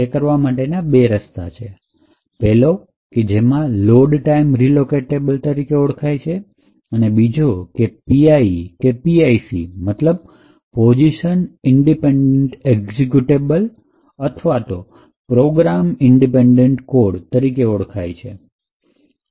તે કરવા માટેના બે રસ્તા છે પેલો કે જે લોડ ટાઈમ રીલોકેટેબલતરીકે ઓળખાય છે અને બીજો કે જે PIE કે PIC મતલબ પોઝિશન ઈન્ડિપેન્ડેન્ટ એક્ઝિકયુટેબલ અને પોઝિશન ઈન્ડિપેન્ડેન્ટ કોડ તરીકે ઓળખાય છે